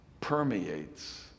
permeates